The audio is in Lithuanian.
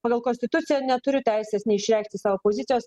pagal konstituciją neturiu teisės neišreikšti savo pozicijos